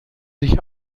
sich